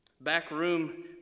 Backroom